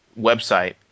website